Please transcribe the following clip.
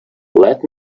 let